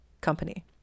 company